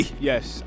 Yes